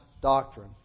doctrine